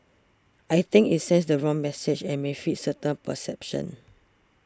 I think it sends the wrong message and may feed certain perceptions